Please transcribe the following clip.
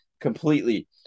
completely